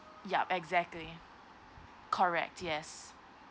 yup exactly correct yes